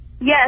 Yes